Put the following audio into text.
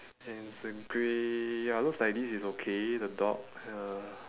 and it's a grey ya looks like this is okay the dog uh